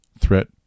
Threat